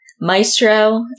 Maestro